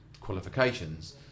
qualifications